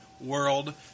world